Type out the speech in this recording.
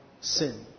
sin